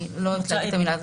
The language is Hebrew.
אני לא אוהבת להגיד את זה,